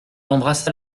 embrassa